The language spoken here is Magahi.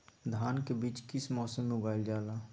धान के बीज किस मौसम में उगाईल जाला?